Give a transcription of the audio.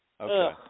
Okay